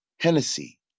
Hennessy